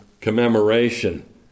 commemoration